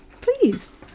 Please